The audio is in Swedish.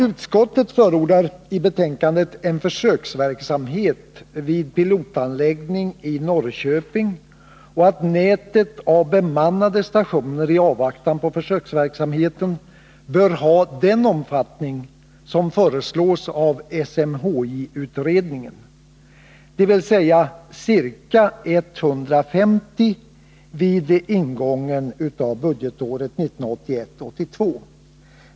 Utskottet förordar i betänkandet en försöksverksamhet med pilotanlägg Nr 140 ning i Norrköping och att nätet av bemannade stationer i avvaktan på Torsdagen den försöksverksamheten bör ha den omfattning som föreslås av SMHI 14 maj 1981 utredningen, dvs. ca 150 stationer vid ingången av budgetåret 1981/82.